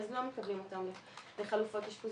אז לא מקבלים אותן לחלופות אשפוזיות,